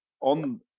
on